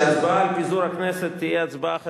שההצבעה על פיזור הכנסת תהיה הצבעה חשאית.